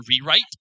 rewrite